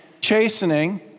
chastening